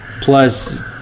plus